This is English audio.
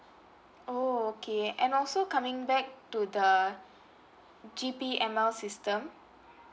oh okay and also coming back to the G_P_M_L system